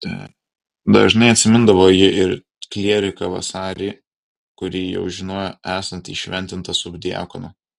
dažnai atsimindavo ji ir klieriką vasarį kurį jau žinojo esant įšventintą subdiakonu